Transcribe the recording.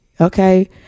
okay